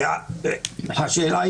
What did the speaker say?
והשאלה,